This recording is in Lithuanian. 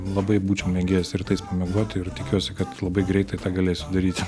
labai būčiau mėgėjas rytais pamiegoti ir tikiuosi kad labai greitai tą galėsiu daryti